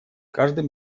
каждым